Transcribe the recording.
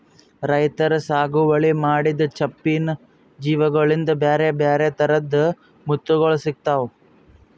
ರೈತರ್ ಸಾಗುವಳಿ ಮಾಡಿದ್ದ್ ಚಿಪ್ಪಿನ್ ಜೀವಿಗೋಳಿಂದ ಬ್ಯಾರೆ ಬ್ಯಾರೆ ಥರದ್ ಮುತ್ತುಗೋಳ್ ಸಿಕ್ತಾವ